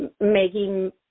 Maggie